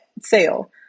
sale